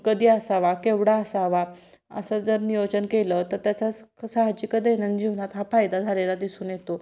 कधी असावा केवढा असावा असं जर नियोजन केलं तर त्याचा साहजिक दैनंद जीवनात हा फायदा झालेला दिसून येतो